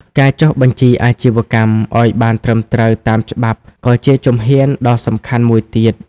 ការចុះបញ្ជីអាជីវកម្ម ឱ្យបានត្រឹមត្រូវតាមច្បាប់ក៏ជាជំហានដ៏សំខាន់មួយទៀត។